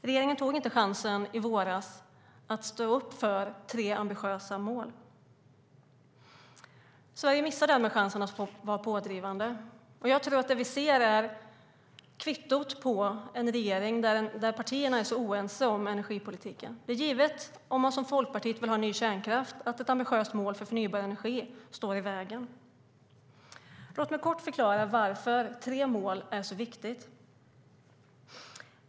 Regeringen tog inte chansen i våras att stå upp för tre ambitiösa mål. Sverige missar därmed chansen att vara pådrivande. Jag tror att det vi ser är kvittot på en regering där partierna är oense om energipolitiken. Om man, som Folkpartiet, vill ha ny kärnkraft är det givet att ett ambitiöst mål för förnybar energi står i vägen. Låt mig kort förklara varför det är så viktigt med tre mål.